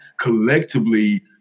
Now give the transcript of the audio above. collectively